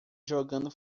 jogando